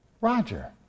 Roger